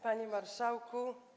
Panie Marszałku!